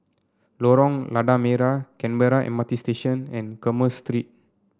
Lorong Lada Merah Canberra M R T Station and Commerce Street